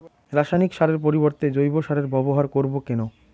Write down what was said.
রাসায়নিক সারের পরিবর্তে জৈব সারের ব্যবহার করব কেন?